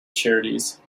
charities